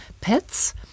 pets